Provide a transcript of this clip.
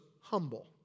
humble